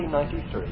1993